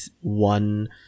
one